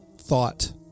thought